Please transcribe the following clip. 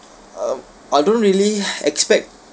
um I don't really expect